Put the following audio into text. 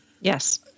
Yes